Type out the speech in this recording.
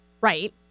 right